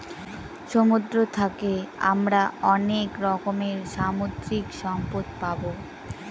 সমুদ্র থাকে আমরা অনেক রকমের সামুদ্রিক সম্পদ পাবো